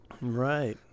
Right